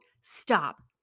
stop